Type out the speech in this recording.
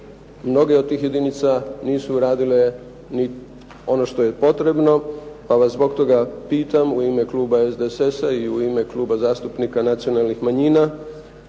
mnoge od tih jedinica nisu uradile ni ono što je potrebno, pa vas zbog toga pitam u ime Kluba SDSS-a i u ime Kluba zastupnika nacionalnih manjina